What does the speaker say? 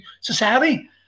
society